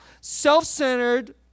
self-centered